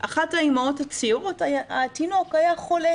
אחת האמהות הצעירות, התינוק היה חולה